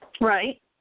Right